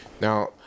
Now